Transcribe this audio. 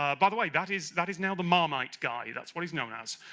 ah by the way, that is that is now the marmite guy. that's what he's known as